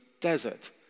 desert